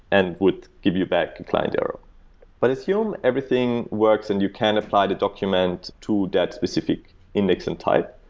and would give you back a and client error but assume everything works and you cannot find a document to that specific index and type,